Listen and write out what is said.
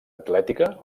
atlètica